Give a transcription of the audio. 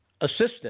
assistant